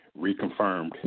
Reconfirmed